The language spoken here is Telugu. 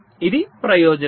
ఇది ప్రయోజనం